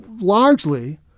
largely